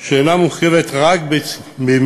שאלה מורכבת, לא רק במימון,